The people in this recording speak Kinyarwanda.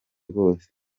rwose